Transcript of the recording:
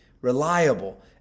reliable